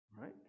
right